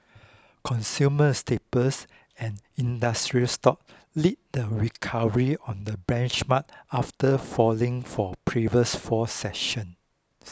consumer staples and industrial stocks lead the recovery on the benchmark after falling for previous four sessions